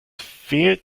fehlt